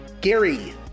Gary